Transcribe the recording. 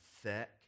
thick